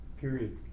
period